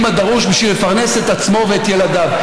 הדרוש בשביל לפרנס את עצמו ואת ילדיו.